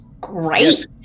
Great